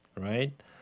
Right